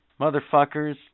motherfuckers